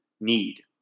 need